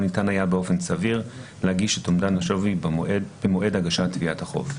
ניתן היה באופן סביר להגיש את אומדן השווי במועד הגשת תביעת החוב.